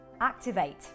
activate